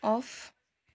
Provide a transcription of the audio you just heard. off